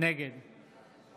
נגד